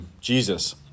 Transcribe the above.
Jesus